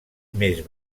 més